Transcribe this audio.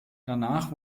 danach